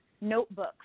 notebook